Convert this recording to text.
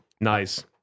Nice